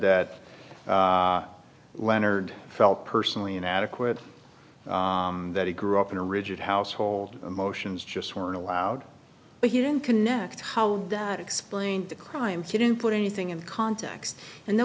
that leonard felt personally inadequate that he grew up in a rigid household emotions just weren't allowed but he didn't connect how that explained the crimes he didn't put anything in context and that